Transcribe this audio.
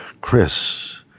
Chris